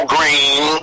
Green